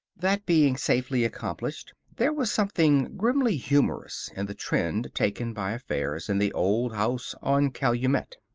that being safely accomplished, there was something grimly humorous in the trend taken by affairs in the old house on calumet.